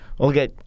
Okay